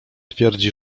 twierdzi